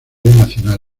nacional